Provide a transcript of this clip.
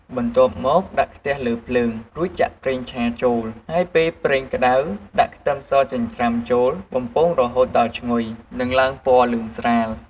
បន្ទាប់មកដាក់ខ្ទះលើភ្លើង រួចចាក់ប្រេងឆាចូល ហើយពេលប្រេងក្ដៅ ដាក់ខ្ទឹមសចិញ្ច្រាំចូលបំពងរហូតដល់ឈ្ងុយ និងឡើងពណ៌លឿងស្រាល។